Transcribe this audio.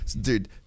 Dude